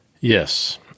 yes